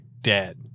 dead